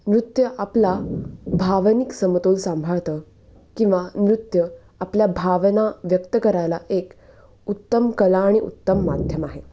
नृत्य आपला भावनिक समतोल सांभाळतं किंवा नृत्य आपल्या भावना व्यक्त करायला एक उत्तम कला आणि उत्तम माध्यम आहे